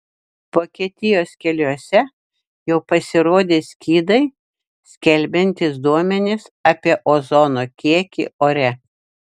vokietijos keliuose jau pasirodė skydai skelbiantys duomenis apie ozono kiekį ore